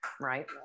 right